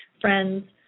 friends